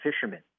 fishermen